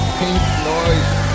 pink-noise